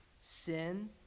Sin